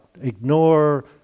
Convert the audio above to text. ignore